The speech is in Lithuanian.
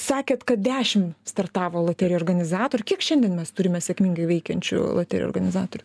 sakėt kad dešim startavo loterijų organizatorių kiek šiandien mes turime sėkmingai veikiančių loterijų organizatorių